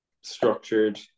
structured